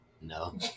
No